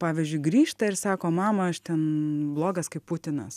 pavyzdžiui grįžta ir sako mama aš ten blogas kaip putinas